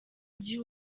gihe